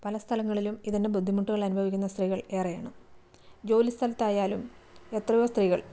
പല സ്ഥലങ്ങളിലും ഇതിൻ്റെ ബുദ്ധിമുട്ടുകൾ അനുഭവിക്കുന്ന സ്ത്രീകൾ ഏറെയാണ് ജോലി സ്ഥലത്തായാലും എത്രയോ സ്ത്രീകൾ